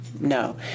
no